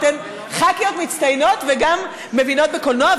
אתן ח"כיות מצטיינות וגם מבינות בקולנוע,